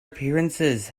appearances